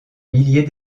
milliers